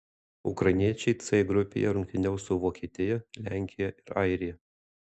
ukrainiečiai c grupėje rungtyniaus su vokietija lenkija ir airija